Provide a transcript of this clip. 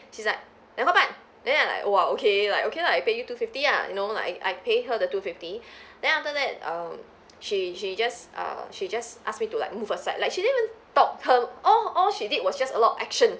she's like 两块半 then I like !wah! okay like okay lah I pay you two fifty ah you know like I I pay her the two fifty then after that um she she just uh she just ask me to like move aside like she didn't talk her all all she did was just a lot of action